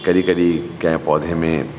ऐं कॾहिं कॾहिं कंहिं पौधे में